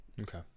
Okay